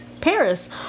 Paris